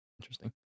interesting